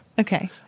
Okay